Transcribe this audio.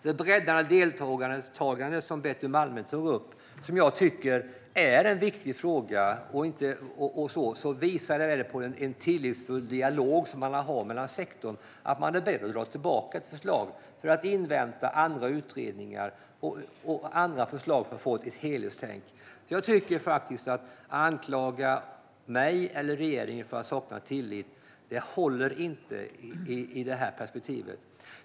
Det breddade deltagande som Betty Malmberg tog upp är en viktig fråga som visar på en tillitsfull dialog med sektorn och att man för att få ett helhetstänk är beredd att dra tillbaka ett förslag och invänta andra utredningar och förslag. Att anklaga mig eller regeringen för att sakna tillit håller alltså inte i det perspektivet.